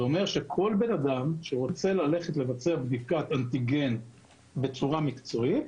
זה אומר שכל בן אדם שרוצה ללכת לבצע בדיקת אנטיגן בצורה מקצועית,